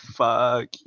fuck